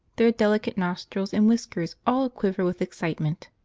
their delicate nostrils and whiskers all a-quiver with excitement.